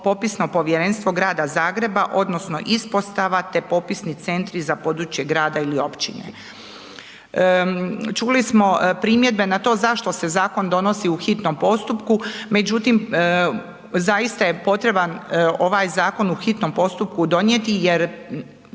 popisno povjerenstvo Grada Zagreba odnosno ispostava te popisni centri za područje grada ili općine. Čuli smo primjedbe na to zašto se zakon donosi u hitnom postupku, međutim zaista je potreban ovaj zakon u hitnom postupku donijeti jer